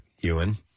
Ewan